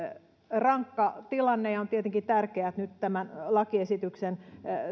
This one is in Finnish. rankka tilanne on tietenkin tärkeää että nyt tämän lakiesityksen